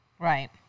Right